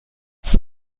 علاقه